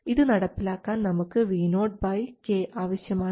ഇത് നടപ്പിലാക്കാൻ നമുക്ക് Vo k ആവശ്യമാണ്